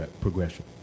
progression